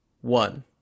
one